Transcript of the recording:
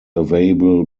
available